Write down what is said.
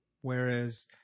Whereas